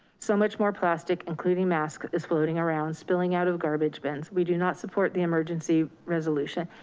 so much more plastic, including masks is floating around spilling out of garbage bins. we do not support the emergency resolution.